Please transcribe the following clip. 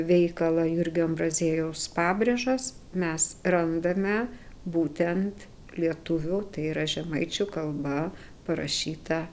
veikalą jurgio ambraziejaus pabrėžos mes randame būtent lietuvių tai yra žemaičių kalba parašytą